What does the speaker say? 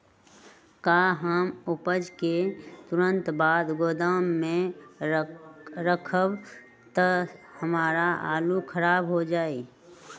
का हम उपज के तुरंत बाद गोदाम में रखम त हमार आलू खराब हो जाइ?